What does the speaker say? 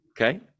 Okay